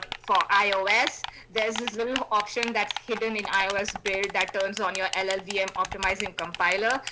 for ios, there's this little option that's hidden in ios built that turns on your llvm um optimizing compiler.